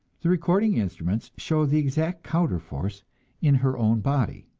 the recording instruments show the exact counter-force in her own body.